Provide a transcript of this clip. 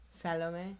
Salome